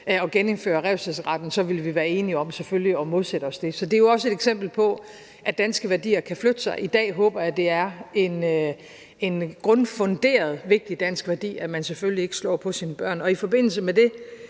at genindføre revselsesretten, så ville vi selvfølgelig være enige om at modsætte os det. Så det er jo også et eksempel på, at danske værdier kan flytte sig. I dag håber jeg det er en grundfunderet vigtig dansk værdi, at man selvfølgelig ikke slår på sine børn. I forbindelse med det